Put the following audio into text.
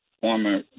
former